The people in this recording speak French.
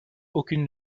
aucune